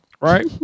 Right